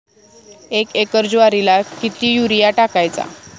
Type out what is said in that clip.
एक एकर ज्वारीला किती युरिया टाकायचा?